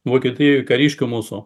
vokietijoj kariškių mūsų